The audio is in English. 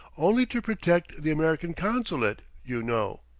only to protect the american consulate, you know.